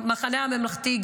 המחנה הממלכתי,